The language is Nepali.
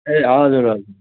ए हजुर हजुर